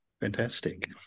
Fantastic